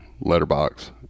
letterbox